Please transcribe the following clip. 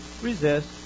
resist